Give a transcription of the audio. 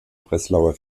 breslauer